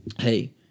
hey